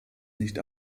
nicht